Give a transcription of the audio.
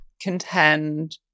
contend